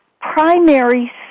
primary